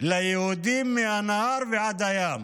ליהודים מהנהר ועד הים.